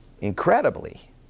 Incredibly